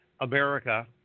America